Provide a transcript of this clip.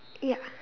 ya